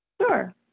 Sure